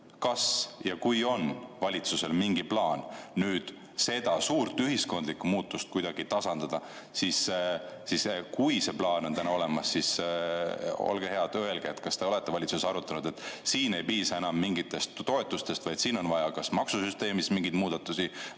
kas valitsusel on mingi plaan seda suurt ühiskondlikku muutust kuidagi tasandada ja kui see plaan on olemas, siis, olge hea ja öelge, kas te olete seda valitsuses arutanud. Siin ei piisa enam mingitest toetustest, vaid siin on vaja kas maksusüsteemis mingeid muudatusi